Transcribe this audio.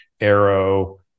arrow